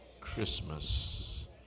Christmas